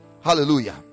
Hallelujah